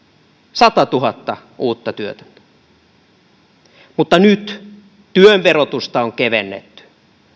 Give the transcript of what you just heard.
satatuhatta uutta työtöntä mutta nyt työn verotusta on kevennetty